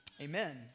Amen